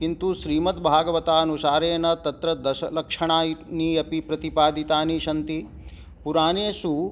किन्तु श्रीमद्भागवतानुसारेण तत्र दशलक्षणानि अपि प्रतिपादितानि सन्ति पुराणेषु